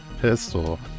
pistol